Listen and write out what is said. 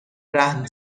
رهن